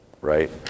right